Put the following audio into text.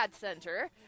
Center